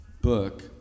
book